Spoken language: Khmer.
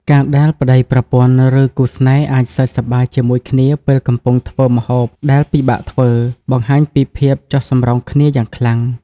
ការដែលប្ដីប្រពន្ធ ឬគូស្នេហ៍អាចសើចសប្បាយជាមួយគ្នាពេលកំពុងធ្វើម្ហូបដែលពិបាកធ្វើ បង្ហាញពីភាពចុះសម្រុងគ្នាយ៉ាងខ្លាំង។